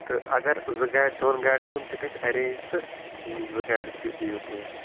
تہٕ اگر زٕ گاڑِ دۄن گاڑٮ۪ن ہُنٛد تہِ گَژھہِ اَرینٛج تہٕ زٕ گاڑِ تہِ دِیو تُہۍ اَسہِ